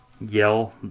Yell